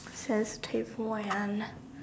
sensitive when